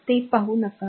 तर ते पाहू नका